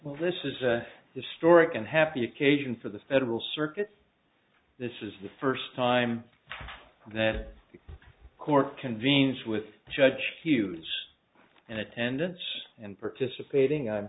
well this is a historic and happy occasion for the federal circuit this is the first time that the court convenes with judge hughes and attendance and participating i'm